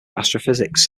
astrophysics